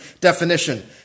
definition